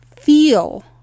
feel